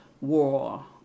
War